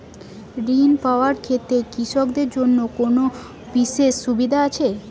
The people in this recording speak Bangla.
ঋণ পাওয়ার ক্ষেত্রে কৃষকদের জন্য কোনো বিশেষ সুবিধা আছে?